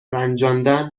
رنجاندن